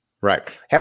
Right